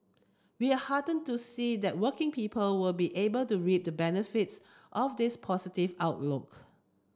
we are hearten to see that working people will be able to reap the benefits of this positive outlook